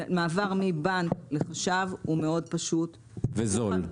מעבר מבנק לחש"ב הוא מאוד פשוט וזול.